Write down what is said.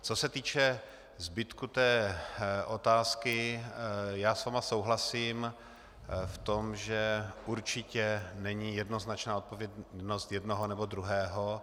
Co se týče zbytku té otázky, já s vámi souhlasím v tom, že určitě není jednoznačná odpovědnost jednoho nebo druhého.